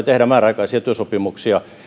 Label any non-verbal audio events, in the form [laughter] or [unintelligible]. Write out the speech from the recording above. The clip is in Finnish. [unintelligible] tehdä määräaikaisia työsopimuksia